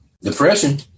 Depression